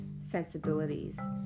sensibilities